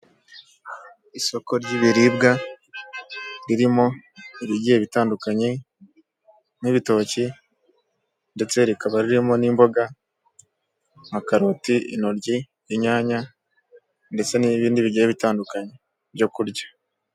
Isoko ry'ibiribwa ririmo ibigiye bitandukanye nk'ibitoki ndetse rikaba ririmo n'imboga nka karoti, intoryi, inyanya ndetse n'ibindi bigiye bitandukanye byo kurya.